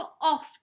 off